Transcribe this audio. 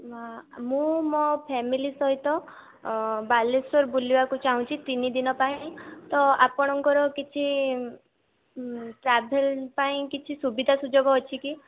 ନା ମୁଁ ମୋ ଫେମିଲି ସହିତ ବାଲେଶ୍ୱର ବୁଲିବାକୁ ଚାହୁଁଛି ତିନି ଦିନ ପାଇଁ ତ ଆପଣଙ୍କର କିଛି ଟ୍ରାଭେଲ ପାଇଁ କିଛି ସୁବିଧା ସୁଯୋଗ ଅଛି କି